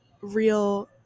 real